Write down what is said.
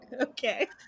okay